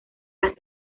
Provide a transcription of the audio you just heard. las